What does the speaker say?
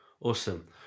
Awesome